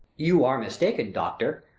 you are mistaken, doctor.